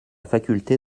faculté